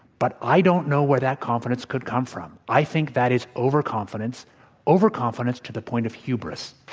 but i don't know where that confidence could come from. i think that is overconfidence overconfidence to the point of hubris.